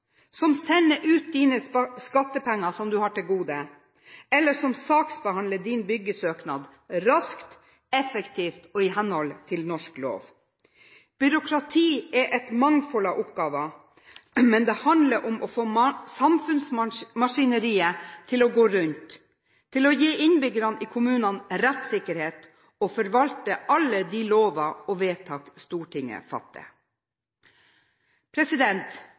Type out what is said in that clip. som sender ut dine skattepenger som du har til gode, eller som saksbehandler din byggesøknad raskt, effektivt og i henhold til norsk lov. Byråkrati er et mangfold av oppgaver, men det handler om å få samfunnsmaskineriet til å gå rundt, gi innbyggerne i kommunene rettssikkerhet og forvalte alle de lover og vedtak Stortinget